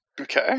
Okay